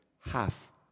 half